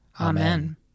Amen